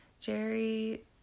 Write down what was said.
Jerry